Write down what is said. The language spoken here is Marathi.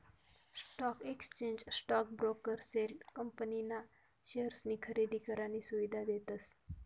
स्टॉक एक्सचेंज स्टॉक ब्रोकरेसले कंपनी ना शेअर्सनी खरेदी करानी सुविधा देतस